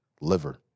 Liver